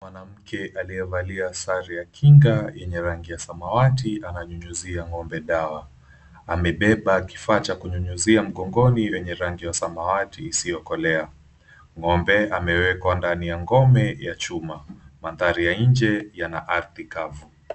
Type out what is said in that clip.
Mwanamke aliyevalia sare ya kinga yenye rangi ya samawati ananyunyuzia Ng'ombe dawa amebeba kifaa cha kunyunyuzia mgongoni chenye rangi ya samawati isiyokolea. Ng'ombe amewekwa ndani ya ngome ya chuma maadhari ya nje yana kavu.